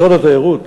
משרד התיירות